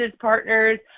partners